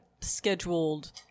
scheduled